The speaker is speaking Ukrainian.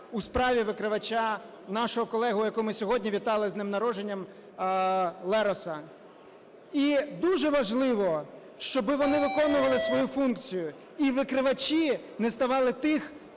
у справі викривача, нашого колеги, якого ми сьогодні вітали з днем народження, Лероса. І дуже важливо, щоб вони виконували свою функцію. І викривачі не ставали тими,